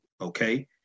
okay